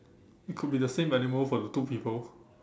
it could be the same animal for the two people